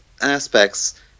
aspects